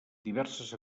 diverses